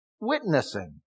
witnessing